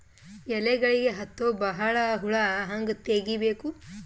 ಎಲೆಗಳಿಗೆ ಹತ್ತೋ ಬಹಳ ಹುಳ ಹಂಗ ತೆಗೀಬೆಕು?